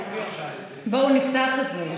בואו נפתח את זה.